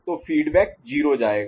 तो फीडबैक 0 जाएगा